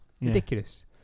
Ridiculous